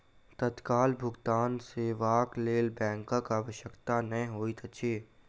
तत्काल भुगतान सेवाक लेल बैंकक आवश्यकता नै होइत अछि